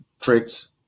tricks